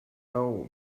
now